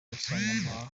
bakusanya